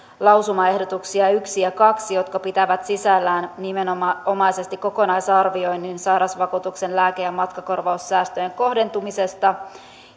lausumaehdotuksia yksi ja kaksi joista ensimmäinen pitää sisällään nimenomaisesti kokonaisarvioinnin sairausvakuutuksen lääke ja matkakorvaussäästöjen kohdentumisesta